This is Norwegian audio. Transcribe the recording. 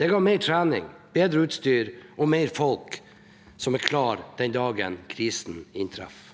Det ga mer trening, bedre utstyr og mer folk, som er klare den dagen krisen inntreffer.